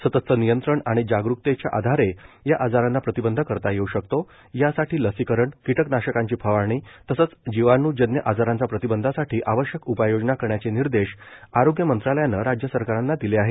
सततचं नियंत्रण आणि जागरुकतेच्या आधारे या आजारांना प्रतिबंध करता येऊ शकतो यासाठी लसीकरण कीटनाशकांची फवारणी तसंच जीवाणूजन्य आजारांना प्रतिबंधासाठी आवश्यक उपाययोजना करण्याचे निर्देश आरोग्य मंत्रालयानं राज्य सरकारांना दिले आहेत